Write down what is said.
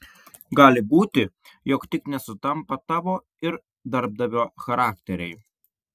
gali būti jog tik nesutampa tavo ir darbdavio charakteriai